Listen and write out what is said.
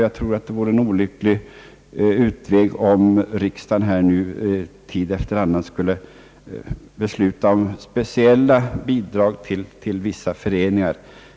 Jag tror att det vore en olycklig utväg om riksdagen tid efter annan skulle besluta om speciella bidrag till vissa föreningar.